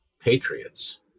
patriots